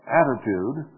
attitude